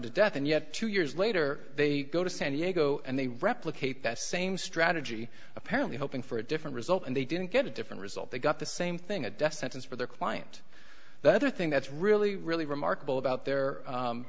to death and yet two years later they go to san diego and they replicate that same strategy apparently hoping for a different result and they didn't get a different result they got the same thing a death sentence for their client the other thing that's really really remarkable about their